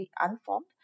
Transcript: unformed